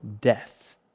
death